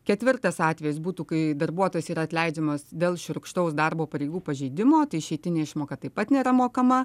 ketvirtas atvejis būtų kai darbuotojas yra atleidžiamas dėl šiurkštaus darbo pareigų pažeidimo tai išeitinė išmoka taip pat nėra mokama